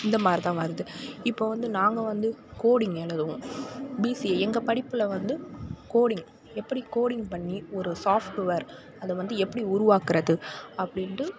இந்த மாதிரிதான் வருது இப்போது வந்து நாங்கள் வந்து கோடிங் எழுதுவோம் பிசிஏ எங்கள் படிப்பில் வந்து கோடிங் எப்படி கோடிங் பண்ணி ஒரு சாஃப்ட்வேர் அதை வந்து எப்படி உருவாக்கிறது அப்படின்ட்டு